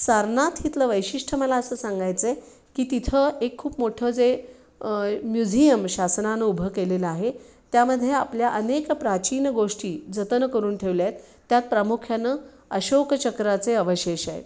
सारनाथ इथलं वैशिष्ट मला असं सांगायचं आहे की तिथं एक खूप मोठं जे म्युझियम शासनानं उभं केलेलं आहे त्यामध्ये आपल्या अनेक प्राचीन गोष्टी जतनं करून ठेवल्या आहेत त्यात प्रामुख्यानं अशोकचक्राचे अवशेष आहेत